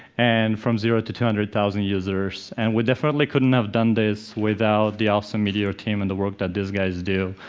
and from zero to two hundred thousand users, and we definitely couldn't have done this without the awesome meteor team and the work that these guys do.